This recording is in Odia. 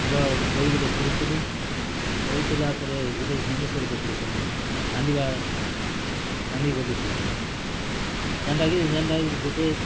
ର ବହି ଗୁଟେ ପଢ଼ିଥିଲି ପଢ଼ିଥିଲା ପରେ ଗୁଟେ ଜିନିଷ୍ ଗୁଟେ ଦେଖ୍ଲି ସେନେ କାନ୍ଦିବା କାନ୍ଦି ଗଲି ସେଇଥିରେ ଯେନ୍ଟା କି ଯେନ୍ଟା କି ଗୁଟେ